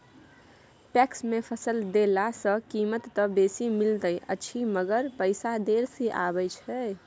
PACS मे फसल देला सॅ कीमत त बेसी मिलैत अछि मगर पैसा देर से आबय छै